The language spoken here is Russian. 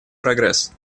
прогресс